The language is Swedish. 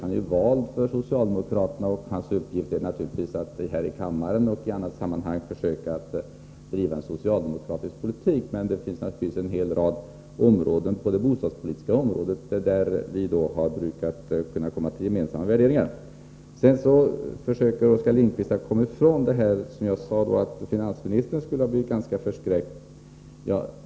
Han är ju vald för socialdemokraterna, och hans uppgift är naturligtvis att här i kammaren och i annat sammanhang driva en socialdemokratisk politik, men det finns ju en hel rad områden inom bostadspolitiken där vi brukat komma fram till gemensamma värderingar. Sedan försökte Oskar Lindkvist komma ifrån det som jag sade om att finansministern skulle ha blivit ganska förskräckt.